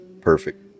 Perfect